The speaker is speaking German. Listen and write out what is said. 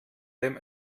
dem